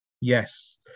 Yes